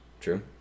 True